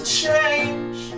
change